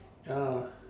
ya